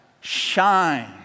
shine